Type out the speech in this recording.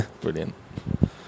Brilliant